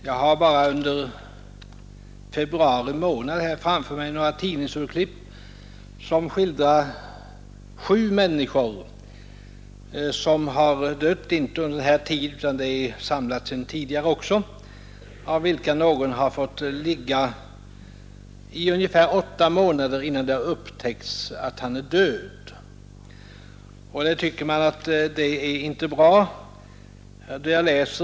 Jag har här framför mig några tidningsurklipp enbart från februari månad vilka skildrar sju människor som har dött i isolering — inte bara under denna tid, ty man har erinrat om tidigare fall också. Någon har fått ligga i ungefär åtta månader innan det upptäckts att han är död. Man tycker att sådant inte bör få förekomma.